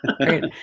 Right